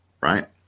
right